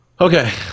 Okay